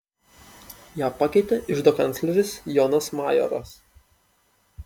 ją pakeitė iždo kancleris jonas majoras